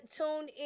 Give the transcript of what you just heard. TuneIn